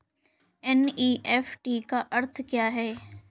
NEFT का अर्थ क्या है?